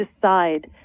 decide